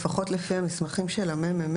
לפחות לפי מסמכי המחקר והמידע,